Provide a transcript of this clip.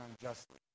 unjustly